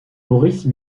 maurice